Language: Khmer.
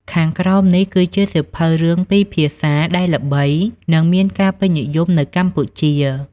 ខាងក្រោមនេះគឺជាសៀវភៅរឿងពីរភាសាដែលល្បី និងមានការពេញនិយមនៅកម្ពុជា